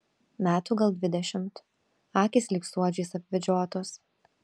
metų gal dvidešimt akys lyg suodžiais apvedžiotos